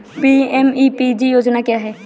PMEPG योजना क्या है?